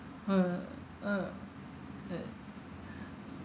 um um uh